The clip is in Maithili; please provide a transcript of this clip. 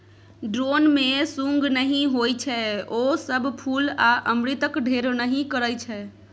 ड्रोन मे सुंग नहि होइ छै ओ सब फुल आ अमृतक ढेर नहि करय छै